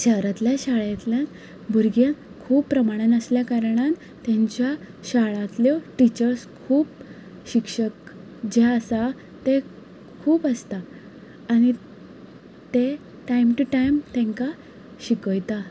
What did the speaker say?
शहरांतल्या शाळेंतल्यान भुरगें खूब प्रमाणान आसल्या कारणान तांच्या शाळांतल्यो टिचर्स खूब शिक्षक जे आसा ते खूब आसता आनी ते टायम टू टायम तेंकां शिकयता